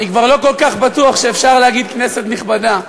אני כבר לא כל כך בטוח שאפשר להגיד "כנסת נכבדה".